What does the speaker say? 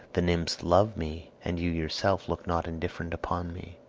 the nymphs love me, and you yourself look not indifferent upon me.